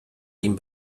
ihm